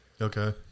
Okay